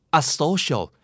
asocial